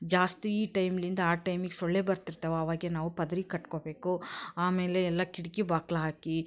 ಜಾಸ್ತಿ ಈ ಟೈಮ್ಲಿಂದ ಆ ಟೈಮಿಗೆ ಸೊಳ್ಳೆ ಬರ್ತಿರ್ತವೆ ಅವಾಗ ನಾವು ಪರ್ದೆ ಕಟ್ಕೋಬೇಕು ಆಮೇಲೆ ಎಲ್ಲ ಕಿಟಕಿ ಬಾಗ್ಲ್ ಹಾಕಿ